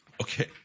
Okay